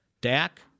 Dak